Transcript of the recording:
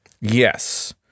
Yes